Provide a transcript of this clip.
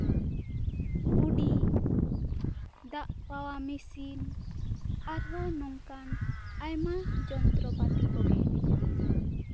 ᱠᱩᱰᱤ ᱫᱟᱜ ᱯᱟᱣᱟᱣ ᱢᱮᱥᱤᱱ ᱟᱨᱦᱚᱸ ᱱᱚᱝᱠᱟᱱ ᱟᱭᱢᱟ ᱡᱚᱱᱛᱚᱨᱚ ᱯᱟᱛᱤ ᱠᱚᱜᱮ